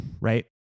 right